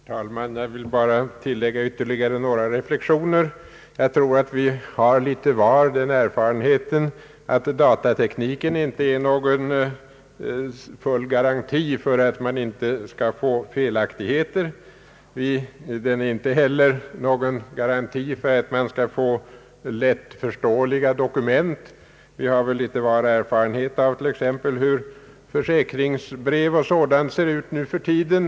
Herr talman! Jag vill bara göra ytterligare några reflexioner. Vi har nog litet var den erfarenheten att datatekniken inte är någon fullgod garanti för att inte felaktigheter skall uppstå. Den är inte heller någon garanti för att man skall få lättförståeliga dokument. Vi har väl litet till mans erfarenhet av hur t.ex. försäkringsbrev o. d. ser ut nu för tiden.